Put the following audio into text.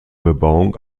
bebauung